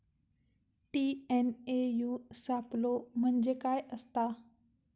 TNAU सापलो म्हणजे काय असतां?